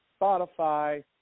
Spotify